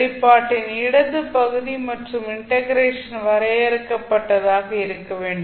வெளிப்பாட்டின் இடது பகுதி மற்றும் இண்டெக்ரேஷன் வரையறுக்கப்பட்டதாக இருக்க வேண்டும்